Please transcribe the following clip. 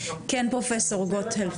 כן פרופסור גוטהלף.